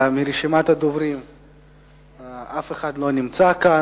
אף אחד מרשימת הדוברים לא נמצא כאן.